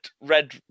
red